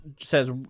says